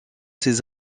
ses